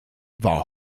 war